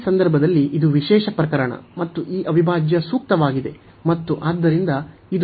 ಈ ಸಂದರ್ಭದಲ್ಲಿ ಇದು ವಿಶೇಷ ಪ್ರಕರಣ ಮತ್ತು ಈ ಅವಿಭಾಜ್ಯ ಸೂಕ್ತವಾಗಿದೆ ಮತ್ತು ಆದ್ದರಿಂದ ಇದು ಒಮ್ಮುಖವಾಗಿರುತ್ತದೆ